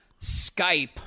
Skype